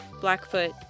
Blackfoot